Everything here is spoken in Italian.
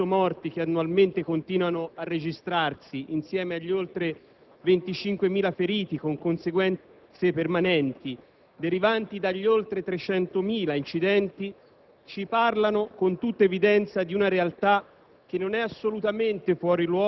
particolarmente avvertito nel nostro Paese. Gli oltre 5.500 morti che annualmente continuano a registrarsi, insieme agli oltre 25.000 feriti con conseguenze permanenti, derivanti dagli oltre 300.000 incidenti,